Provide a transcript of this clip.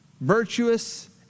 virtuous